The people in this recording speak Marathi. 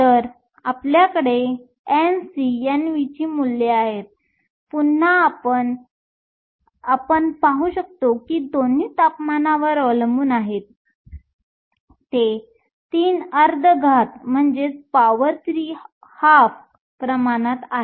तर आपल्याकडे NcNv ची मूल्ये आहेत पुन्हा आपण पाहतो की दोन्ही तापमानावर अवलंबून आहेत ते 3 अर्ध घात प्रमाणात आहेत